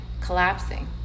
collapsing